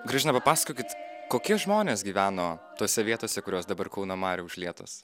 gražina papasakokit kokie žmonės gyveno tose vietose kurios dabar kauno marių užlietos